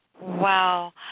Wow